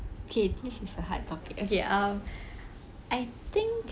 okay this is a hard topic okay uh I think